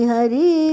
Hari